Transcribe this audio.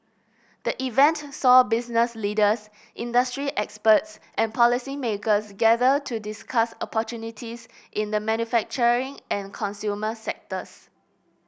the event saw business leaders industry experts and policymakers gather to discuss opportunities in the manufacturing and consumer sectors